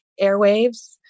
airwaves